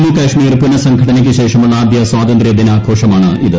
ജമ്മു കാശ്മീർ പുനഃസംഘടനയ്ക്കുശേഷമുള്ള ആദ്യ സ്വാതന്ത്ര്യദിനാഘോഷമാണ് ഇത്